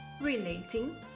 relating